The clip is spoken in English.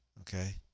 Okay